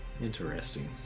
interesting